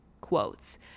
quotes